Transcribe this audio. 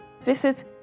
visit